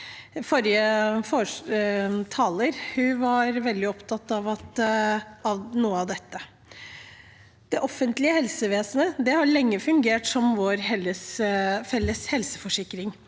Forrige taler var veldig opptatt av noe av dette. Det offentlige helsevesenet har lenge fungert som vår felles helseforsikring.